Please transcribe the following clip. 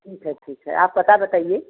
ठीक है ठीक है आप पता बताइए